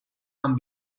amb